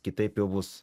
kitaip jau bus